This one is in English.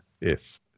yes